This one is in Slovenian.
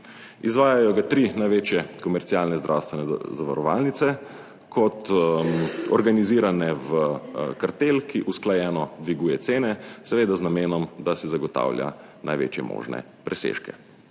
Izvajajo ga tri največje komercialne zdravstvene zavarovalnice kot organizirane v kartel, ki usklajeno dviguje cene, seveda z namenom, da se zagotavlja največje možne presežke.